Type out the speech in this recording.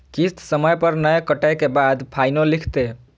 किस्त समय पर नय कटै के बाद फाइनो लिखते?